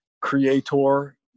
creator